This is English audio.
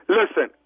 listen